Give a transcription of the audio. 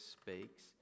speaks